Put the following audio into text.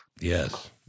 Yes